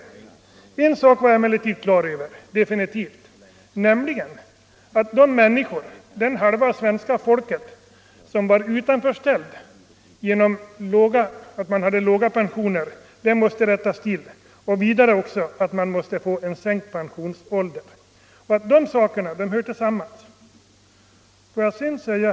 Två saker var jag emellertid definitivt på det klara med: Orättvisan mot den hälft av det svenska folket som var utanförställd genom låga pensioner måste rättas till och pensionsåldern måste sänkas. De frågorna hör ihop.